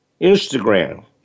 Instagram